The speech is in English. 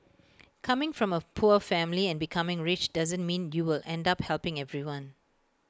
coming from A poor family and becoming rich doesn't mean you will end up helping everyone